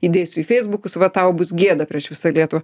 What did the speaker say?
įdėsiu į feisbukus va tau bus gėda prieš visą lietuvą